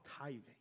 tithing